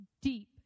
deep